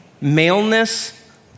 maleness